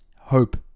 hope